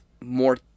more